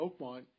Oakmont